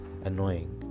annoying